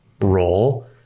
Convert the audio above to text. role